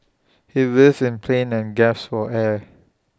he writhed in pain and gasped for air